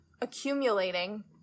accumulating